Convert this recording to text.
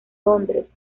londres